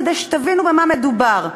כדי שתבינו במה מדובר,